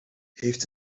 heeft